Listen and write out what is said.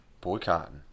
Boycott